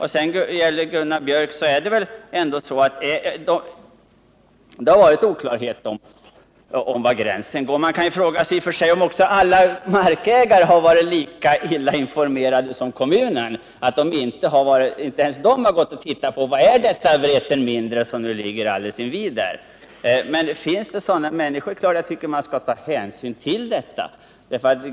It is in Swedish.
Det har, Gunnar Björk, varit oklarhet om var gränsen går. Man kan fråga sig om alla markägare har varit lika illa informerade som kommunen och om inte ens de har gått och tittat på vad Vreten mindre egentligen är. Men finns det sådana människor tycker jag att det är klart att man skall ta hänsyn till detta.